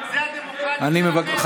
זו הדמוקרטית שלכם.